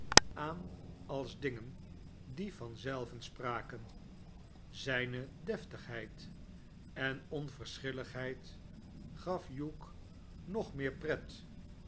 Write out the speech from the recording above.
aan als dingen die van zelven spraken zijne deftigheid en onverschilligheid gaf hugh nog meer pret